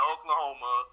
Oklahoma